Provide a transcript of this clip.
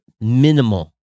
minimal